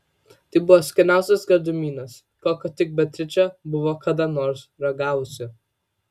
tai buvo skaniausias gardumynas kokio tik beatričė buvo kada nors ragavusi